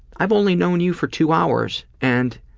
i've only known you for two hours and